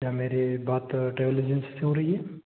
क्या मेरी बात ट्रैवल एजेंसी से हो रही है